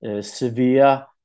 severe